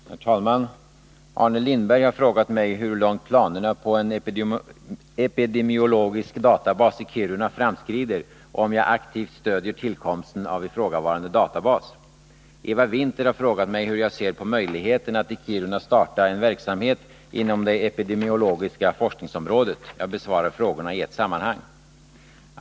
Herr talman! Arne Lindberg har frågat mig hur långt planerna på en epidemiologisk databas i Kiruna framskrider och om jag aktivt stödjer tillkomsten av ifrågavarande databas. Eva Winther har frågat mig hur jag ser på möjligheten att i Kiruna starta en verksamhet inom det epidemiologiska forskningsområdet. Jag besvarar frågorna i ett sammanhang.